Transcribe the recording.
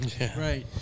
Right